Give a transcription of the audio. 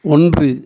ஒன்று